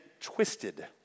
twisted